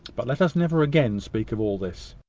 but let us never again speak of all this.